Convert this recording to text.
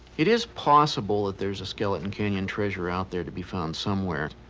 it is possible that there is a skeleton canyon treasure out there to be found somewhere,